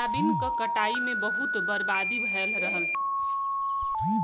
soybean क कटाई में बहुते बर्बादी भयल रहल